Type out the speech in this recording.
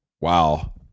Wow